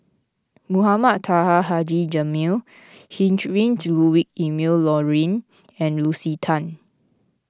Mohamed Taha Haji Jamil Heinrich Ludwig Emil Luering and Lucy Tan